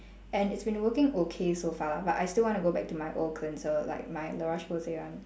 and it's been working okay so far but I still want to go back to my old cleanser like my la roche posay one